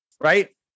right